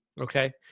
Okay